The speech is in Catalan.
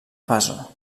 faso